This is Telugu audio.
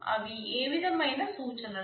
అవి ఏ విధమైన సూచనలు